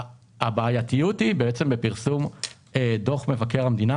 הבעייתיות היא בפרסום דוח מבקר המדינה